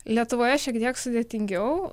lietuvoje šiek tiek sudėtingiau